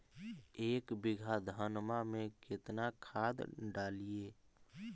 एक बीघा धन्मा में केतना खाद डालिए?